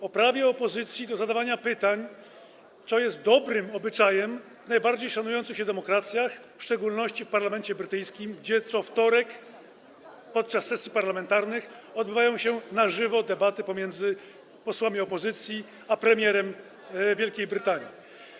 O prawie opozycji do zadawania pytań, co jest dobrym obyczajem w najbardziej szanujących się demokracjach, w szczególności w parlamencie brytyjskim, gdzie co wtorek podczas sesji parlamentarnych odbywają się na żywo debaty pomiędzy posłami opozycji a premierem Wielkiej Brytanii.